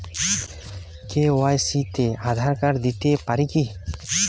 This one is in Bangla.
কে.ওয়াই.সি তে আধার কার্ড দিতে পারি কি?